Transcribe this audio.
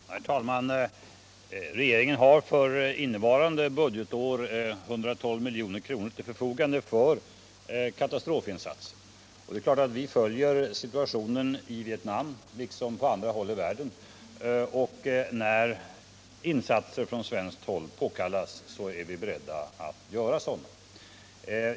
Herr talman! Regeringen har för innevarande budgetår 7 milj.kr. till förfogande för katastrofinsatser. Det är klart att vi följer situationen i Vietnam liksom på andra håll i världen. När insatser från svenskt håll påkallas är vi beredda att göra sådana.